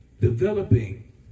Developing